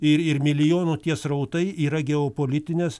ir ir milijonų tie srautai yra geopolitinės